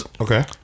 okay